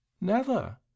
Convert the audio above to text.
Never